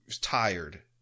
tired